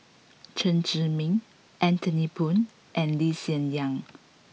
Chen Zhiming Anthony Poon and Lee Hsien Yang